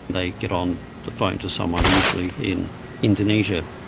they get on the phone to someone, usually in indonesia.